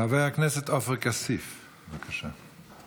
חבר הכנסת עופר כסיף, בבקשה.